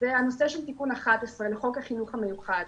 זה הנושא של תיקון 11 לחוק החינוך המיוחד.